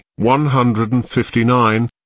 159